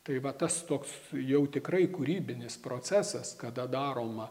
tai va tas toks jau tikrai kūrybinis procesas kada daroma